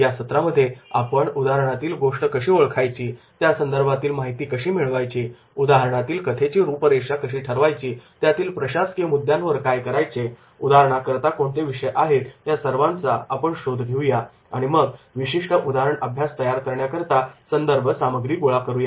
या सत्रामध्ये आपण उदाहरणातील गोष्ट कशी ओळखायची त्यासंदर्भातील माहिती कशी मिळवायची उदाहरणातील कथेची रूपरेषा कशी ठरवायची त्यातील प्रशासकीय मुद्द्यांवर काय करायचे उदाहरणा करता कोणते विषय आहेत या सर्वाचा आपण शोध घेऊया आणि मग विशिष्ट उदाहरण अभ्यास तयार करण्याकरिता संदर्भ सामग्री गोळा करूया